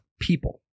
people